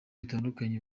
bitandukanye